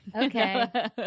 okay